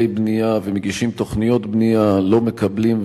בנייה ומגישים תוכניות בנייה לא מקבלים,